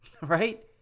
Right